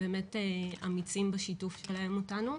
באמת אמיצים בשיתוף שלהם איתנו.